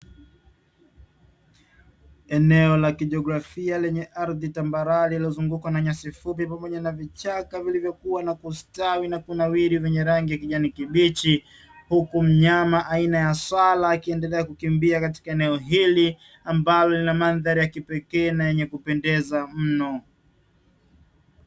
Eneo la kijeografia lenye ardhi tambalale iliozungukwa kwa nyasi fupi na vichaka vilivyokuwa na kustawi vyenye rangi ya kijani kibichi, huku mnyama aina ya swala akiendelea kukimbia katika eneo hili ambalo lina mandhari ya kipekee na ya kupendeza mno.